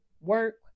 work